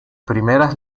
primeras